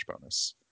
bonus